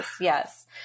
Yes